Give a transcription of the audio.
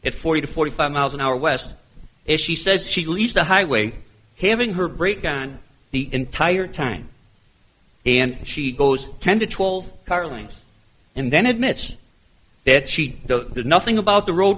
at forty to forty five miles an hour west if she says she leaves the highway having her break down the entire time and she goes ten to twelve carling's and then admits that she did nothing about the ro